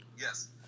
Yes